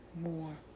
more